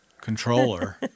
controller